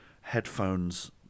headphones